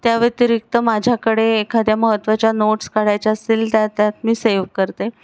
त्या व्यतिरिक्त माझ्याकडे एखाद्या महत्वाच्या नोट्स काढायच्या असतील त्या त्यात मी सेव्ह करते